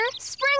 Spring